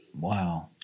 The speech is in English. Wow